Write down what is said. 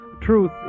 truth